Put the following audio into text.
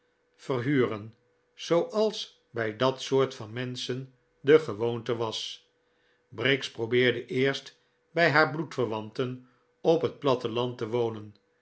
verhuren zooals bij dat soort van menschen de gewoonte was briggs probeerde eerst bij haar bloedverwanten op het platteland te wonen